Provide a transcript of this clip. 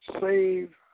save